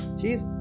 Cheers